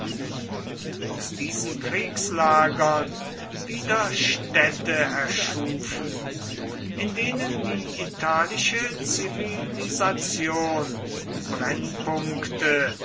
und aus diesen kriegslagern wieder städte erschufen in denen die italische zivilisation brennpunkte